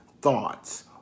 thoughts